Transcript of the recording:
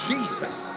Jesus